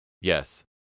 Yes